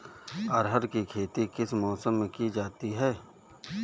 अरहर की खेती किस मौसम में की जाती है?